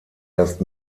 erst